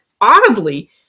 audibly